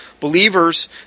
Believers